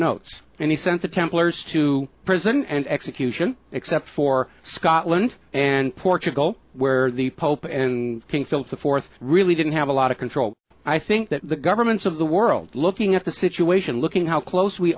notes and he sent the templars to prison and execution except for scotland and portugal where the pope and king philip the fourth really didn't have a lot of control i think that the governments of the world looking at the situation looking how close we